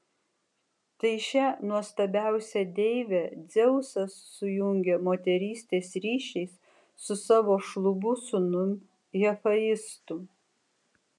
tai šią nuostabiausią deivę dzeusas sujungė moterystės ryšiais su savo šlubu sūnum hefaistu